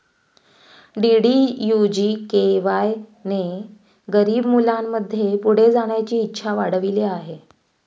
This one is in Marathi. डी.डी.यू जी.के.वाय ने गरीब मुलांमध्ये पुढे जाण्याची इच्छा वाढविली आहे